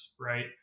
right